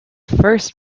first